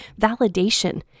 validation